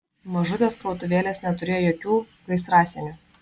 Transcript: mažutės krautuvėlės neturėjo jokių gaisrasienių